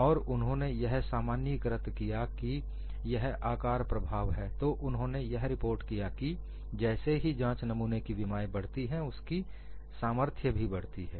और उन्होंने यह सामान्यीकृत किया कि यह आकार प्रभाव है तो उन्होंने यह रिपोर्ट किया कि जैसे ही जांच नमूने का विमाएं बढ़ती है उसकी सामर्थ्य भी बढ़ती है